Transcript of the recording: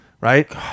right